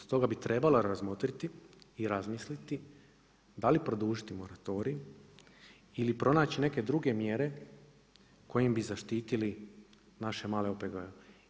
Stoga bi trebalo razmotriti i razmisliti, da li produžiti … ili pronaći neke druge mjere kojim bi zaštitili naše male OPG-ove.